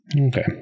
okay